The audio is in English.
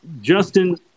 Justin